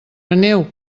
aneu